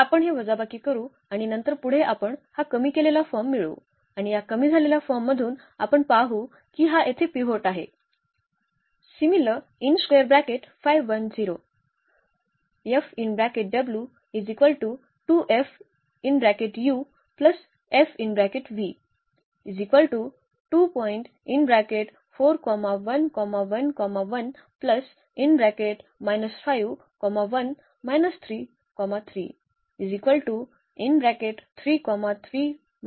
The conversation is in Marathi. तर आपण हे वजाबाकी करू आणि नंतर पुढे आपण हा कमी केलेला फॉर्म मिळवू आणि या कमी झालेल्या फॉर्म मधून आपण पाहु की हा येथे पिव्होट आहे